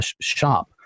shop